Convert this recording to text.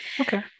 Okay